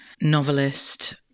novelist